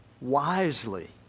wisely